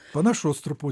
panašus truputį